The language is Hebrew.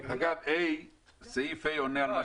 אגב, סעיף קטן (ה) עונה על מה